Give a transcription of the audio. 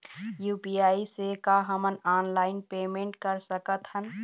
UPI से का हमन ऑनलाइन पेमेंट कर सकत हन?